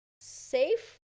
safe